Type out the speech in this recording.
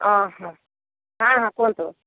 ହଁ ହଁ ହାଁ ହାଁ କୁହନ୍ତୁ